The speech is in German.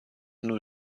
nur